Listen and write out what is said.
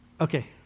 Okay